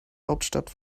hauptstadt